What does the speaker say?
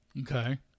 Okay